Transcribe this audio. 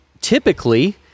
typically